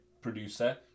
producer